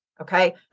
okay